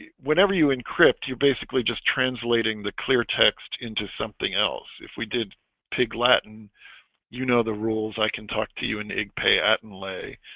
whenever you encrypt you're basically just translating the clear text into something else if we did pig latin you know the rules i can talk to you an egg pay at and lay,